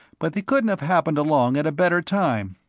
but they couldn't have happened along at a better time.